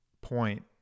point